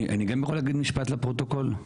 אני גם יכול להגיד משפט לפרוטוקול?